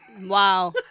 Wow